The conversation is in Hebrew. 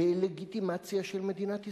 משמעה דה-לגיטימציה של מדינת ישראל.